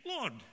Lord